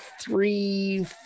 three